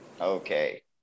Okay